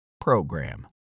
program